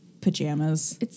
pajamas